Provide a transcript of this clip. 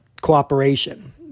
cooperation